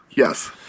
Yes